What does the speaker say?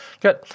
good